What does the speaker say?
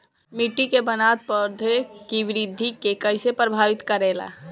मिट्टी के बनावट पौधों की वृद्धि के कईसे प्रभावित करेला?